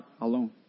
alone